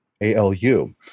a-l-u